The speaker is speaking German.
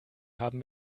haben